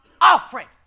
offering